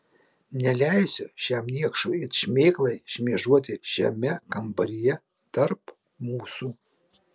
neleisiu šiam niekšui it šmėklai šmėžuoti šiame kambaryje tarp mūsų